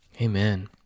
Amen